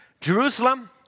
Jerusalem